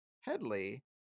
Headley